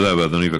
תודה רבה, אדוני.